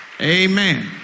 Amen